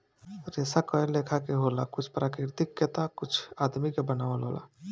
रेसा कए लेखा के होला कुछ प्राकृतिक के ता कुछ आदमी के बनावल होला